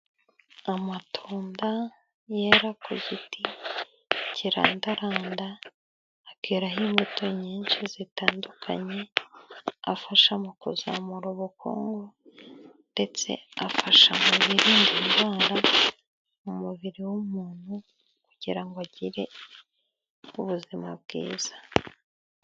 Amatunda yera ku giti kirandaranda, akeraho imbuto nyinshi zitandukanye, afasha mu kuzamura ubukungu, ndetse afasha mu birinda indwara mu mubiri w'umuntu, kugira ngo agire ubuzima bwiza.